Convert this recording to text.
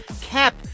Cap